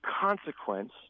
consequence